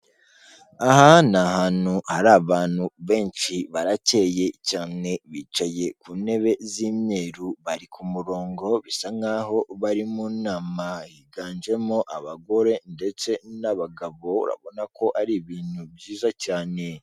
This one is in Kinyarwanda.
Aha ni ahantu hari abantu benshi baracyeye cyane, bicaye ku ntebe z'imyeru, bari ku murongo bisa nkaho barimo nama, higanjemo abagore ndetse n'abagabo, urabona ko ari ibintu byiza cyane.